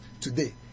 today